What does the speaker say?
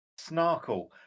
Snarkle